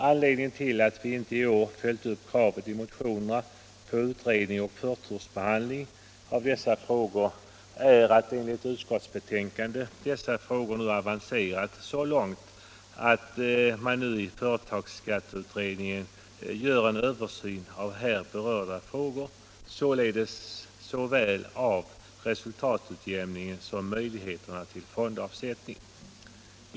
Anledningen till att vi i år inte följt upp motionskraven på utredning och förtursbehandling är att här berörda frågor nu har avancerat så långt att de är föremål för översyn i företagskatteberedningen. Det gäller såväl resultatutjämningen som möjligheterna till fondavsättning.